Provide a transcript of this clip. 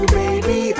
baby